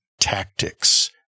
tactics